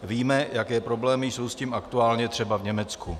Víme, jaké problémy jsou s tím aktuálně třeba v Německu.